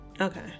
Okay